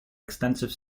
extensive